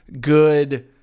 good